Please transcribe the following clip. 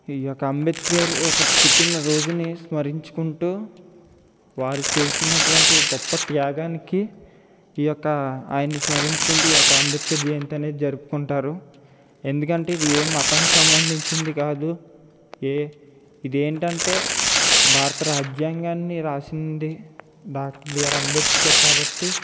ఈయొక్క అంబేద్కర్ యొక్క పుట్టినరోజుని స్మరించుకుంటూ వారు చేసినటువంటి గొప్ప త్యాగానికి ఈయొక్క ఆయన్ని స్మరించుకుంటూ ఈయొక్క అంబేద్కర్ జయంతి అనేది జరుపుకుంటారు ఎందుకంటే ఇది ఏ మతానికి సంబంధించింది కాదు ఏ ఇది ఏంటంటే భారత రాజ్యాంగాన్ని వ్రాసింది డాక్టర్ బీఆర్ అంబేద్కర్ కాబట్టి